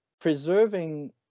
preserving